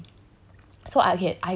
so okay that's one thing